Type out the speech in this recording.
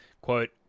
quote